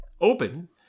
open